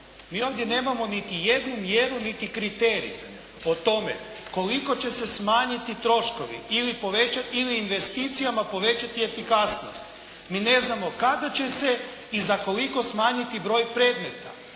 Mi ovdje nemamo niti jednu mjeru niti kriterij o tome koliko će se smanjiti troškovi ili povećati ili investicijama povećati efikasnost. Mi ne znamo kada će se i za koliko smanjiti broj predmeta.